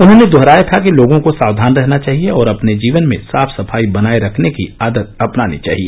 उन्होंने दुहराया था कि लोगों को सावधान रहना चाहिए और अपने जीवन में साफ सफाई बनाए रखने की आदत अपनानी चाहिए